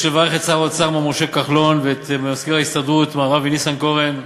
יש לברך את שר האוצר מר משה כחלון ואת מזכיר ההסתדרות מר אבי ניסנקורן,